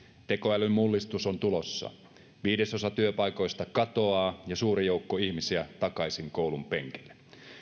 tekoälyn mullistus on tulossa viidesosa työpaikoista katoaa ja suuri joukko ihmisiä takaisin koulun penkille